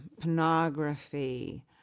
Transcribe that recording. pornography